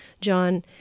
John